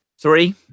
Three